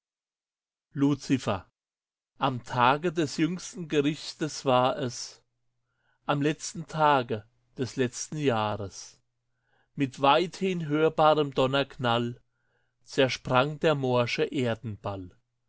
luzifer am tage des jüngsten gerichtes war es am letzten tage des letzten jahres mit weithin hörbarem donnerknall zersprang der morsche erdenball